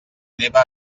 neva